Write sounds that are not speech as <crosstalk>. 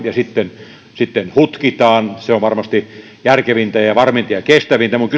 ja sitten sitten hutkitaan se on varmasti järkevintä ja varminta ja kestävintä mutta <unintelligible>